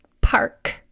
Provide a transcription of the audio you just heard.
park